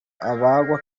abagwa